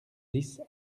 dix